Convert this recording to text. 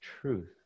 truth